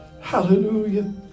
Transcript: Hallelujah